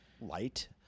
light